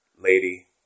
Lady